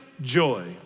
joy